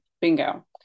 Bingo